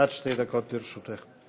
עד שתי דקות לרשותך.